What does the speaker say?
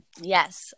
Yes